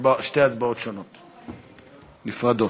ושתי הצבעות שונות, נפרדות.